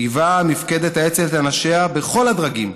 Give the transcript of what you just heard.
חייבה מפקדת האצ"ל את אנשיה ככל הדרגים